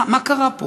מה קרה פה?